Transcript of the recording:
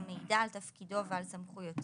המעידה על תפקידו ועל סמכויותיו,